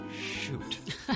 Shoot